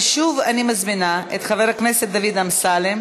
ושוב אני מזמינה את חבר הכנסת דוד אמסלם